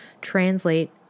translate